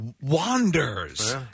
wanders